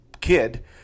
kid